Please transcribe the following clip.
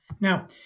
Now